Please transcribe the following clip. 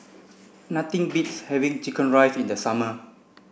nothing beats having chicken rice in the summer